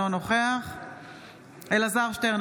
אינו נוכח אלעזר שטרן,